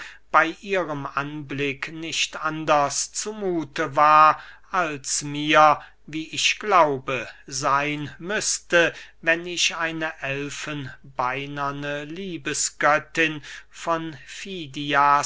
bey ihrem anblick nicht anders zu muthe war als mir wie ich glaube seyn müßte wenn ich eine elfenbeinerne liebesgöttin von